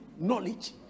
knowledge